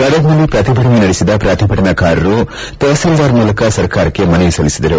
ಗದಗ್ನಲ್ಲಿ ಪ್ರತಿಭಟನೆ ನಡೆಸಿದ ಪ್ರತಿಭಟನಾಕಾರರು ತಹಸೀಲ್ದಾರ್ ಮೂಲಕ ಸರ್ಕಾರಕ್ಷೆ ಮನವಿ ಸಲ್ಲಿಸಿದರು